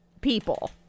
people